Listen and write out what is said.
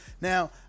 now